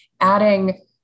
adding